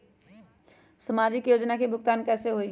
समाजिक योजना के भुगतान कैसे होई?